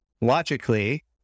logically